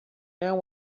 now